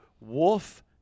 wolf